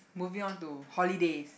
moving on to holidays